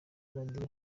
radio